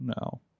no